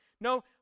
No